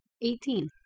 Eighteen